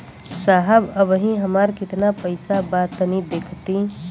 साहब अबहीं हमार कितना पइसा बा तनि देखति?